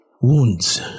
Wounds